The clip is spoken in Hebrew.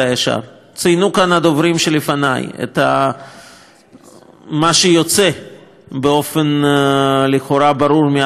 ציינו כאן הדוברים שלפני את מה שיוצא באופן ברור לכאורה מההחלטה הזאת,